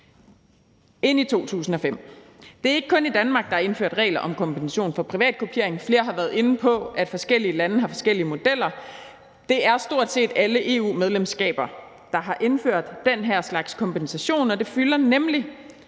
end i 2005. Det er ikke kun i Danmark, at der er indført regler om en kompensation for privatkopiering. Flere har været inde på, at forskellige lande har forskellige modeller. Det er stort set alle EU-medlemskaber, der har indført den her slags kompensation, og det følger nemlig